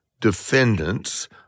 defendants